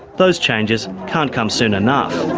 those changes can't come soon enough.